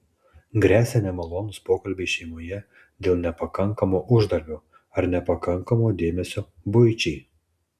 gresia nemalonūs pokalbiai šeimoje dėl nepakankamo uždarbio ar nepakankamo dėmesio buičiai